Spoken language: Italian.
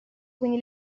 quindi